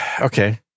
okay